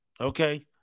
Okay